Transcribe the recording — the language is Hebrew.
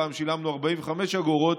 פעם שילמנו 45 אגורות,